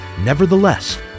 Nevertheless